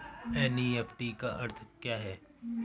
NEFT का अर्थ क्या है?